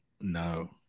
no